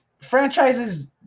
franchises